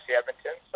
Edmonton